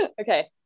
Okay